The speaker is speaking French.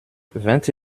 vingt